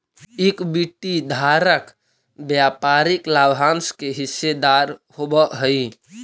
equity धारक व्यापारिक लाभांश के हिस्सेदार होवऽ हइ